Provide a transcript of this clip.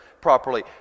properly